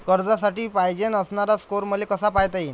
कर्जासाठी पायजेन असणारा स्कोर मले कसा पायता येईन?